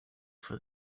for